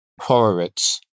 Horowitz